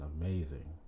amazing